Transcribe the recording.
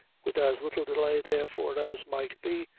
with as little delay, therefore, as might be,